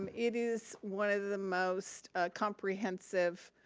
um it is one of the most comprehensive,